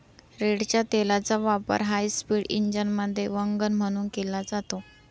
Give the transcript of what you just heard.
रेडच्या तेलाचा वापर हायस्पीड इंजिनमध्ये वंगण म्हणून केला जातो